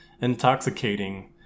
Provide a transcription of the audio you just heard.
intoxicating